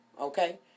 okay